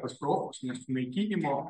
katastrofos nesunaikinimo